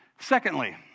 Secondly